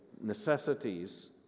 necessities